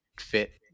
fit